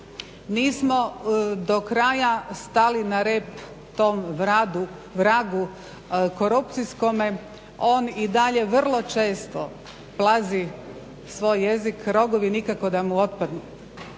nismo do kraja stali na rep tom vragu korupcijskome. On i dalje vrlo često plazi svoj jezik, rogovi nikako da mu otpadnu.